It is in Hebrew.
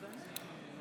ברוכה הבאה.